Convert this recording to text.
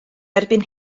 erbyn